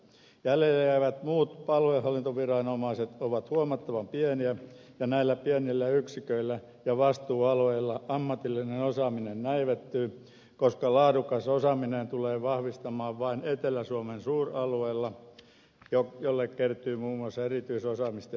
jäljelle jäävät muut aluehallintoviranomaiset ovat huomattavan pieniä ja näillä pienillä yksiköillä ja vastuualueilla ammatillinen osaaminen näivettyy koska laadukas osaaminen tulee vahvistumaan vain etelä suomen suuralueella jolle kertyy muun muassa erityisosaamista ja erityistehtäviä